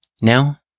Now